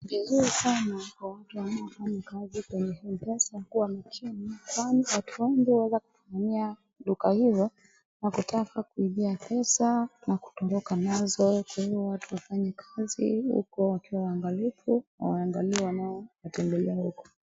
Vizuri sana kwa watu wanaofanya kazi kwenye mpesa kuwa makini kwani watu wengi huweza kutumia duka hilo na kutaka kuibia pesa na kutoroka nazo. Kwa hiyo watu wafanye kazi huko wakiwa waangalifu, waangalie wanaowatembelea huko.